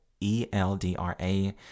e-l-d-r-a